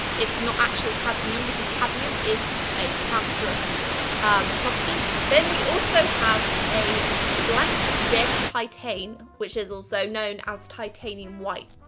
it's not actual cadmium because cadmium is a cancerous substance. then we also have a blank de titan, which is also known as titanium white.